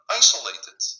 isolated